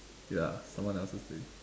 ya someone else's day